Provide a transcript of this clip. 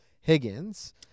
Higgins